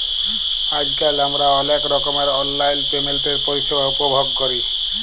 আইজকাল আমরা অলেক রকমের অললাইল পেমেল্টের পরিষেবা উপভগ ক্যরি